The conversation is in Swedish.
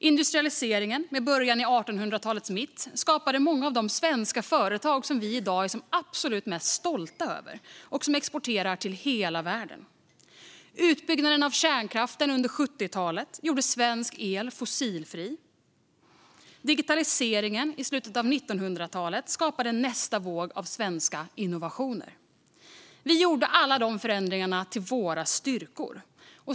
Industrialiseringen, med början i 1800-talets mitt, skapade många av de svenska företag som vi i dag är absolut mest stolta över och som exporterar till hela världen. Utbyggnaden av kärnkraften under 70-talet gjorde svensk el fossilfri. Digitaliseringen i slutet av 1900-talet skapade nästa våg av svenska innovationer. Vi gjorde alla dessa förändringar till våra styrkor.